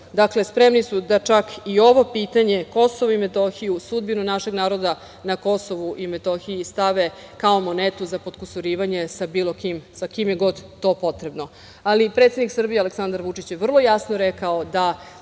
to. Dakle, spremni su da čak i ovo pitanje, Kosovo i Metohiju, sudbinu našeg naroda na Kosovu i Metohiji stave kao monetu za potkusurivanje sa bilo kim, sa kim je god to potrebno. Ali, predsednik Srbije, Aleksandar Vučić je vrlo jasno rekao da